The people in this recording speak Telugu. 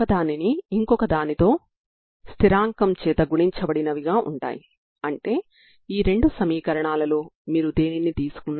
దీని నుండి మీరు c20 ని పొందుతారు మరియు దీని నుండి c20 అవుతుంది